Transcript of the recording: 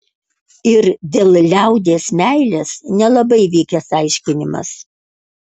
ir dėl liaudies meilės nelabai vykęs aiškinimas